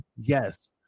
yes